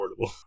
affordable